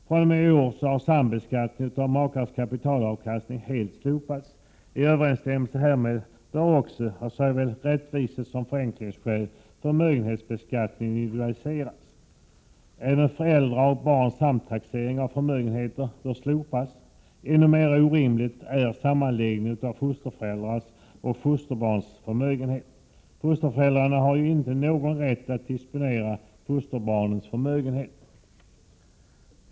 fr.o.m. i år har sambeskattning av makars kapitalavkastning helt slopats. I överensstämmelse härmed bör också — av såväl rättvisesom förenklingsskäl — förmögenhetsbeskattningen individualiseras. Även föräldrars och barns samtaxering av förmögenheter bör slopas. Ännu mera orimlig är sammanläggningen av fosterföräldrars och fosterbarns förmögenhet. Fosterföräldrarna har ju inte någon rätt att disponera fosterbarns förmögenhet.